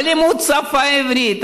בלימוד השפה העברית.